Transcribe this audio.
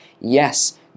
Yes